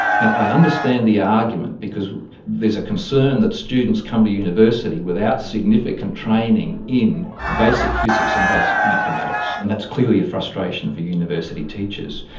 now, i understand the argument because there is a concern that students come to university without significant training in basic physics and basic mathematics, and that's clearly a frustration for university teachers.